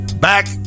back